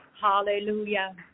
Hallelujah